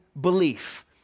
belief